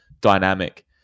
dynamic